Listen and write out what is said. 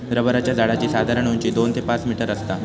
रबराच्या झाडाची साधारण उंची दोन ते पाच मीटर आसता